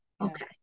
okay